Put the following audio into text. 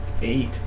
eight